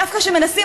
דווקא כשמנסים